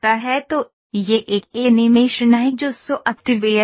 तो यह एक एनीमेशन है जो सॉफ्टवेयर में है